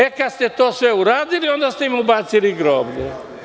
E, kad ste to sve uradili, onda ste im ubacili groblje.